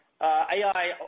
AI